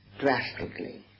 drastically